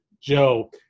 Joe